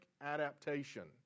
adaptation